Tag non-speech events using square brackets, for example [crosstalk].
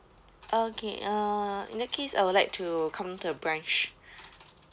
okay uh in that case I would like to come to your branch [breath]